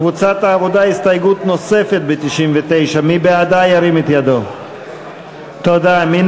קבוצת העבודה, הסתייגות נוספת בעמוד 99. מי